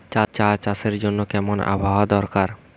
চা চাষের জন্য কেমন আবহাওয়া দরকার?